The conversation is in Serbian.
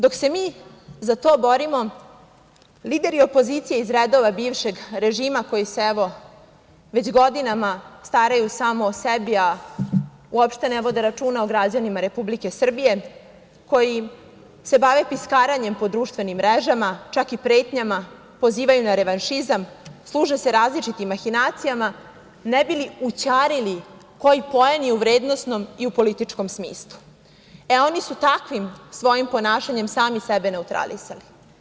Dok se mi za to borimo, lideri opozicije iz redova bivšeg režima koji se evo već godinama staraju samo o sebe, a uopšte ne vode računa o građanima Republike Srbije, koji se bave piskaranjem po društvenim mrežama, čak i pretnjama, pozivaju na revanšizam, služe se različitim mahinacijama, ne bi li ućarili koji poen i u vrednosnom i u političkom smislu, e, oni su takvim svojim ponašanjem sami sebe neutralisali.